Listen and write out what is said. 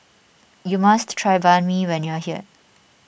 you must try Banh Mi when you are here